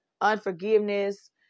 unforgiveness